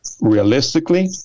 realistically